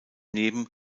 neben